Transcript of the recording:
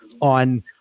on